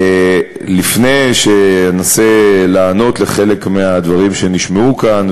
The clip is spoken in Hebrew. לפני שאנסה לענות על חלק מהדברים שנשמעו כאן,